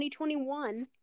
2021